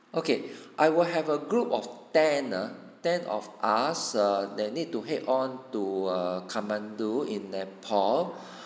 okay I will have a group of ten ah ten of us err they need to head on to kathmandu in nepal